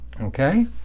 Okay